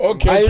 Okay